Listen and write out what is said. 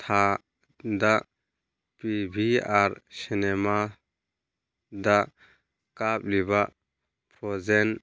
ꯊꯥꯗ P B R ꯁꯤꯅꯦꯃꯥꯗ ꯀꯥꯞꯂꯤꯕ ꯐ꯭ꯔꯣꯖꯦꯟ